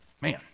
Man